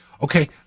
Okay